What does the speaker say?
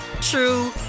true